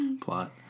plot